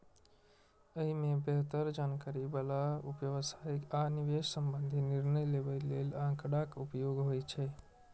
अय मे बेहतर जानकारी बला व्यवसाय आ निवेश संबंधी निर्णय लेबय लेल आंकड़ाक उपयोग होइ छै